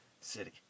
city